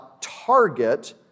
target